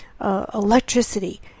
electricity